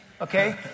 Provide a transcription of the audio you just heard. Okay